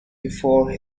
before